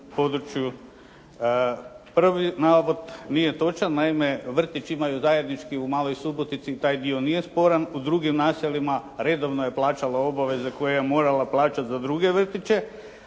Prvi navod nije točan. Naime, vrtić imaju zajednički u Maloj Subotici i taj dio nije sporan. U drugim naseljima redovno je plaćala obaveze koje je morala plaćati za druge vrtiće,